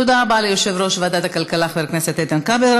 תודה רבה ליושב-ראש ועדת הכלכלה חבר הכנסת איתן כבל.